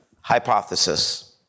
hypothesis